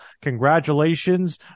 congratulations